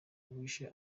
uwishe